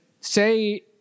say